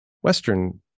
Western